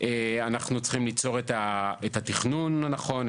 אנחנו צריכים ליצור את התכנון הנכון,